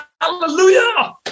Hallelujah